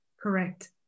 Correct